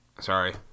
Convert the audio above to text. Sorry